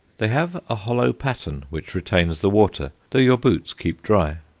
they have a hollow pattern which retains the water, though your boots keep dry.